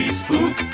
spook